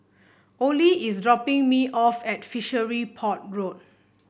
Ollie is dropping me off at Fishery Port Road